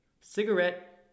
Cigarette